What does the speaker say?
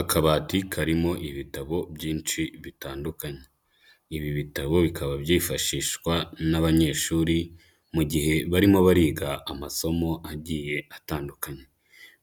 Akabati karimo ibitabo byinshi bitandukanye, ibi bitabo bikaba byifashishwa n'abanyeshuri mu gihe barimo bariga amasomo agiye atandukanye,